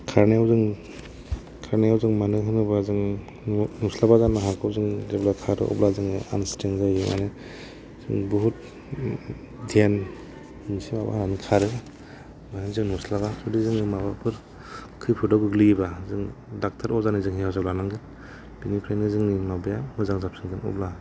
खारनायाव जों खारनायाव जों मानो होनोबा जों नुस्लाबा जानो हागौ जों जेब्ला खारो अब्ला जोङो आन स्टेण्ड जायो जों बहुद ध्यान होसोनानै खारो आरो जों नुस्लाबा जुदि जों माबाफोर खैफोदाव गोग्लैयोबा डाक्टर अजानि जों हेफाजाब लानांगौ बिनिफ्रायनो जोंनि माबाया मोजां जाफिनगोन अब्ला